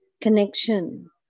connection